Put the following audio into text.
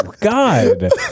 God